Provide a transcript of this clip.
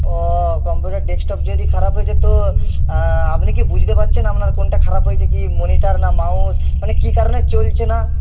ও computer desktop যদি খারাপ হয়ে যেত তো আপনি কি বুঝতে পারছেন আপনার কোনটা খারাপ হইছে কি মনিটর না মাউস মানে কী কারণে চলছে না